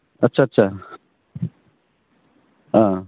आतसा आतसा